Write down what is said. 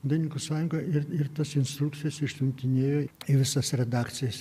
dailininkų sąjunga ir ir tas instrukcijas išsiuntinėjo į visas redakcijas